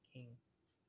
Kings